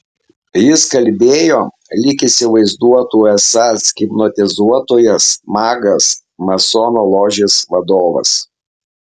jis kalbėjo lyg įsivaizduotų esąs hipnotizuotojas magas masonų ložės vadovas